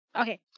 Okay